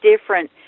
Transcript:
different